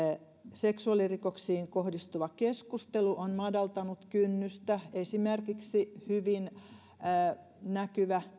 seksuaalirikoksiin kohdistuva keskustelu on madaltanut kynnystä esimerkiksi hyvin näkyvä